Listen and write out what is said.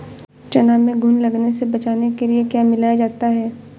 चना में घुन लगने से बचाने के लिए क्या मिलाया जाता है?